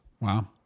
Wow